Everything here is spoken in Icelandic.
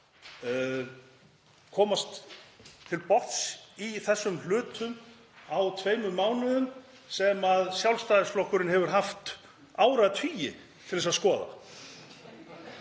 komast til botns í þeim hlutum á tveimur mánuðum sem Sjálfstæðisflokkurinn hefur haft áratugi til að skoða.